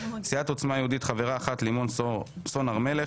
סיעת עוצמה יהודית חברה אחת: לימון סון הר מלך.